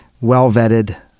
well-vetted